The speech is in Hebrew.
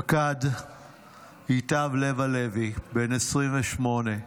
פקד ייטב לב הלוי, בן 28,